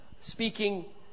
speaking